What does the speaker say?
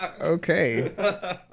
Okay